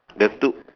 the two